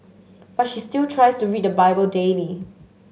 but she still tries to read the Bible daily